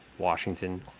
Washington